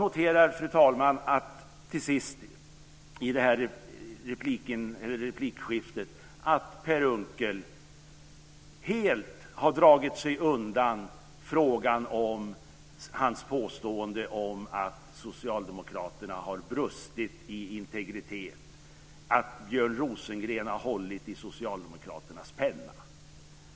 Slutligen i detta replikskifte noterar jag, fru talman, att Per Unckel helt har dragit sig undan sitt påstående om att socialdemokraterna har brustit i integritet, att Björn Rosengren har hållit i socialdemokraternas penna.